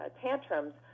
tantrums